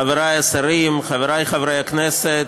חברי השרים, חברי חברי הכנסת,